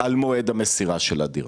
על מועד המסירה של הדירה.